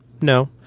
No